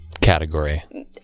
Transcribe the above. category